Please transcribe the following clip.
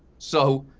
so,